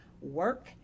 work